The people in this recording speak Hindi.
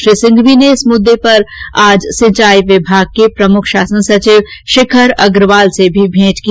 श्री सिंघवी ने इस मुद्दे पर आज सिंचाई विभाग के प्रमुख शासन सचिव शिखर अग्रवाल से भी भेंट की